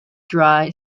dry